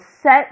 set